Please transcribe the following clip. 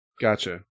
Gotcha